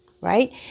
right